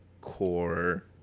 core